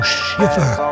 shiver